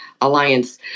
alliance